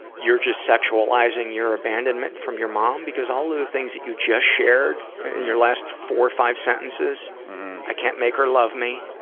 you're just sexualizing your abandonment from your mom? because all of the things that you just shared in your last four, five sentences i can't make her love me.